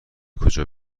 کجا